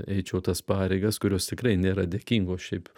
eičiau tas pareigas kurios tikrai nėra dėkingos šiaip